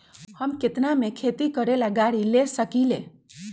हम केतना में खेती करेला गाड़ी ले सकींले?